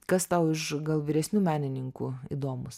kas tau iš gal vyresnių menininkų įdomūs